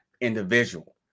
individual